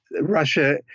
Russia